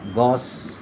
গছ